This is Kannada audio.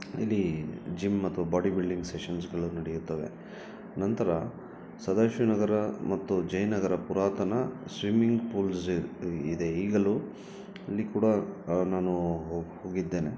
ಇಲ್ಲಿ ಜಿಮ್ ಮತ್ತು ಬಾಡಿ ಬಿಲ್ಡಿಂಗ್ ಸೆಶನ್ಸ್ಗಳು ನಡೆಯುತ್ತವೆ ನಂತರ ಸದಾಶಿವ ನಗರ ಮತ್ತು ಜೈನಗರ ಪುರಾತನ ಸ್ವಿಮ್ಮಿಂಗ್ ಪೂಲ್ಸ್ ಇದೆ ಇದೆ ಈಗಲೂ ಅಲ್ಲಿ ಕೂಡ ನಾನು ಹೋಗಿ ಹೋಗಿದ್ದೇನೆ